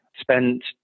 Spent